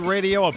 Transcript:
Radio